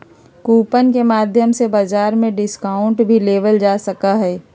coupon के माध्यम से बाजार में डिस्काउंट भी लेबल जा सका हई